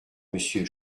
monsieur